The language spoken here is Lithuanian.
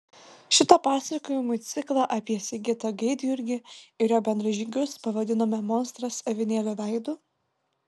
šitą pasakojimų ciklą apie sigitą gaidjurgį ir jo bendražygius pavadinome monstras avinėlio veidu